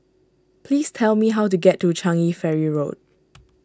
please tell me how to get to Changi Ferry Road